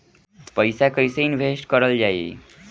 पैसा कईसे इनवेस्ट करल जाई?